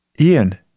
Ian